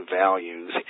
values